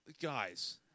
guys